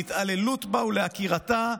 להתעללות בה ולעקירתה,